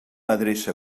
adreça